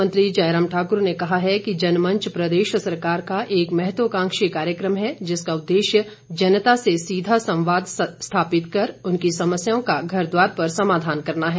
मुख्यमंत्री जयराम ठाकुर ने कहा है कि जनमंच प्रदेश सरकार का एक महत्वकांक्षी कार्यक्रम है जिसका उद्देश्य जनता से सीधा संवाद स्थापित कर उनकी समस्याओं का घर द्वार पर समाधान करना है